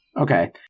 Okay